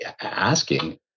asking